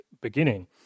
beginning